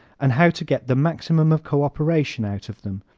and how to get the maximum of co-operation out of them.